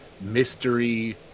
mystery